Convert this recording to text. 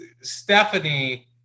Stephanie